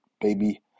baby